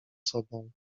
sobą